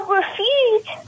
refuse